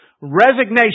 Resignation